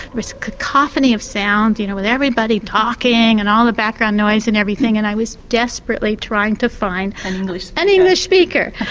this cacophony of sound you know with everybody talking and all the background noise and everything, and i was desperately trying to find but an english speaker.